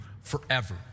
forever